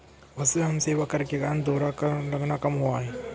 वस्तु एवं सेवा कर के कारण दोहरा कर लगना कम हुआ है